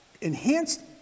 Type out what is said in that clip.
enhanced